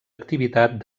activitat